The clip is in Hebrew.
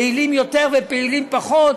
פעילים יותר ופעילים פחות,